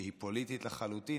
שהיא פוליטית לחלוטין,